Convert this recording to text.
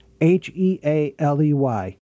H-E-A-L-E-Y